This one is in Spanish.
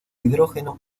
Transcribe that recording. hidrógeno